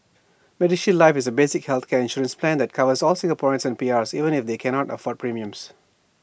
medishield life is A basic healthcare insurance plan that covers all Singaporeans and PR'seven if they cannot afford premiums